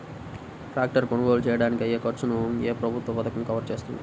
Tractor కొనుగోలు చేయడానికి అయ్యే ఖర్చును ఏ ప్రభుత్వ పథకం కవర్ చేస్తుంది?